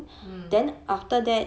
mmhmm